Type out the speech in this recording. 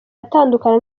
atandukana